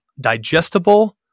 digestible